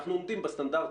אנחנו עומדים בסטנדרטים.